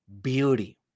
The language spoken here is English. beauty